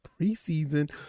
preseason